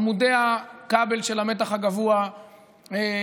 עמודי הכבל של המתח הגבוה מסומנים,